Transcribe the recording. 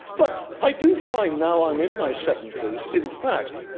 but i do find now i'm in my seventy s, in fact,